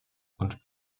und